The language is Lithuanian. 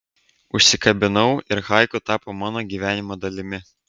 užsikabinau ir haiku tapo mano gyvenimo dalimi